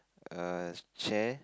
err chair